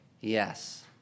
Yes